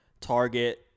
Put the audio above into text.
Target